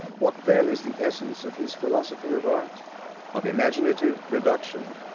what, then, is the essence of his philosophy of art of imaginative production?